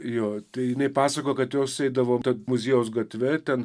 jo tai jinai pasakojo kad jos eidavo muziejaus gatve ten